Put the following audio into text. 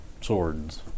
Swords